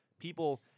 People